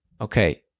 Okay